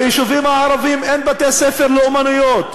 ביישובים הערביים אין בתי-ספר לאמנויות,